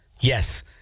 yes